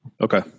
Okay